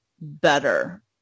better